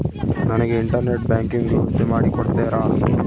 ನನಗೆ internet banking ವ್ಯವಸ್ಥೆ ಮಾಡಿ ಕೊಡ್ತೇರಾ?